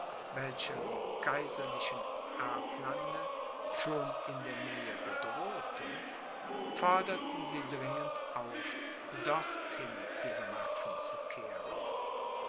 welcher die kaiserlichen erblande schon in der nähe bedrohte forderten sie dringend auf dorthin ihre waffen zu kehren